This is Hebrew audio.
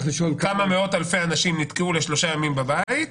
כמה מאות אלפי אנשים נתקעו לשלושה ימים בבית,